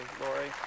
Lori